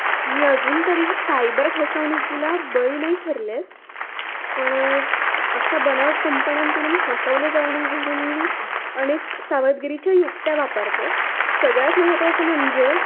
मी अजून तरी सायबर फसवणूकीला बळी नाही ठरले पण अशा बनावट कंपन्यांकडून फसवले जाऊ नये म्हणून मी अनेक सावधगिरीच्या युक्त्या वापरते सगळ्यात महत्त्वाचं म्हणजे